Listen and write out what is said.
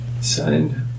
Signed